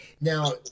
Now